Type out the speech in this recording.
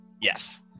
Yes